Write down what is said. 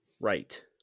Right